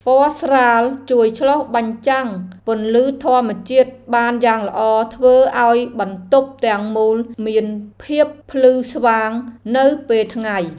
ពណ៌ស្រាលជួយឆ្លុះបញ្ចាំងពន្លឺធម្មជាតិបានយ៉ាងល្អធ្វើឱ្យបន្ទប់ទាំងមូលមានភាពភ្លឺស្វាងនៅពេលថ្ងៃ។